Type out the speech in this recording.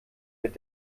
mit